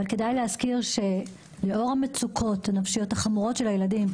כדאי להזכיר שלאור המצוקות הנפשיות החמורות של הילדים,